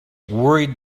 worried